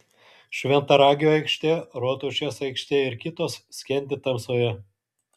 šventaragio aikštė rotušės aikštė ir kitos skendi tamsoje